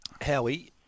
Howie